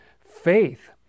faith